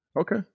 okay